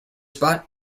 spot